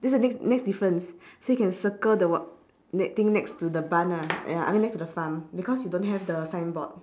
that's the next next difference so you can circle the wo~ that thing next to the barn ah ya I mean next to the farm because you don't have the signboard